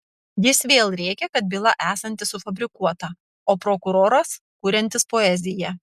jis vėl rėkė kad byla esanti sufabrikuota o prokuroras kuriantis poeziją